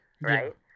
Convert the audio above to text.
right